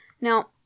now